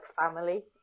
family